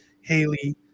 Haley